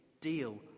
deal